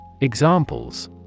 Examples